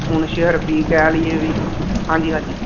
ਹੁਣ ਛੇ ਹਰਫੀ ਕਹਿ ਲਈਏ ਵੀ ਹਾਂਜੀ ਹਾਂਜੀ